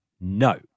No